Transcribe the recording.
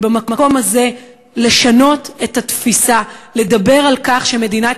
ובמקום הזה לשנות את התפיסה: לדבר על כך שמדינת